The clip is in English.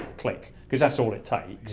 click. cause that's all it takes.